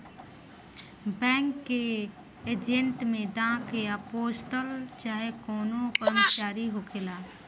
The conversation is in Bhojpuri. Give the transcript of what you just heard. बैंक के एजेंट में डाक या पोस्टल चाहे कवनो कर्मचारी होखेला